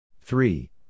three